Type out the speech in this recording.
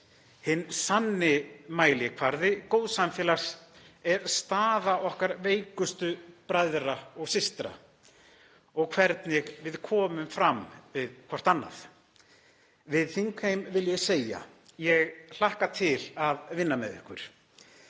Hinn sanni mælikvarði góðs samfélags er staða okkar veikustu bræðra og systra og hvernig við komum fram við hvert annað. Við þingheim vil ég segja: Ég hlakka til að vinna með ykkur,